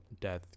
death